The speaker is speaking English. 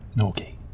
Okay